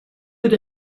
did